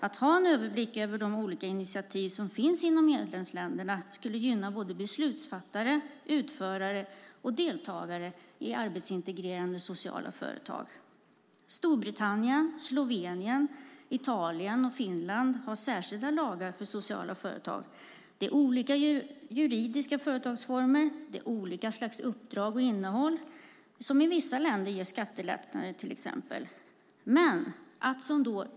Att ha en överblick över de olika initiativ som finns inom medlemsländerna skulle gynna beslutsfattare, utförare och deltagare i arbetsintegrerande sociala företag. Storbritannien, Slovenien, Italien och Finland har särskilda lagar för sociala företag. Det är olika juridiska företagsformer, olika slags uppdrag och innehåll, som i vissa länder ger till exempel skattelättnader.